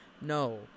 No